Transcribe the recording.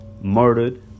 murdered